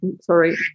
sorry